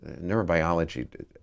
Neurobiology